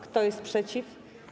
Kto jest przeciw?